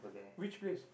which place